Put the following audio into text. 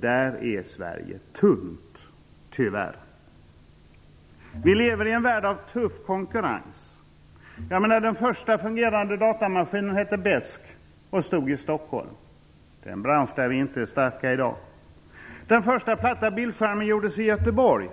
Där är Sverige tunt, tyvärr. Vi lever i en värld av tuff konkurrens. Den första fungerande datamaskinen hette Besk och stod i Stockholm. Det är en bransch där vi inte är starka i dag. Den första platta bildskärmen gjordes i Göteborg.